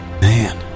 Man